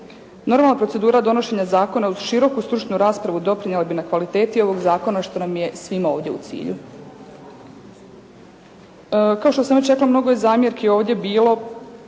Normalna procedura donošenja zakona uz široku stručnu doprinijela bi na kvaliteti ovog zakona što nam je svima ovdje u cilju. Kao što sam već rekla mnogo je zamjerki ovdje bilo.